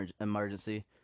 emergency